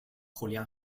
julián